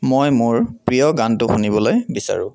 মই মোৰ প্ৰিয় গানটো শুনিবলৈ বিচাৰোঁ